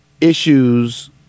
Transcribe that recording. issues